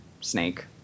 snake